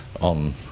on